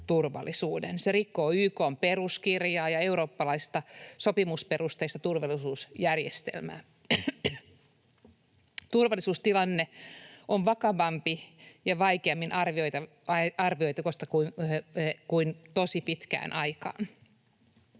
Se rikkoo YK:n peruskirjaa ja eurooppalaista sopimusperusteista turvallisuusjärjestelmää. Turvallisuustilanne on vakavampi ja vaikeammin arvioitava kuin tosi pitkään aikaan.